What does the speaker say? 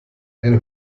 ein